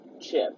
Chip